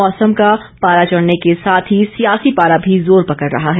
मौसम का परा चढ़ने के साथ ही सियासी पारा भी जोर पकड़ रहा है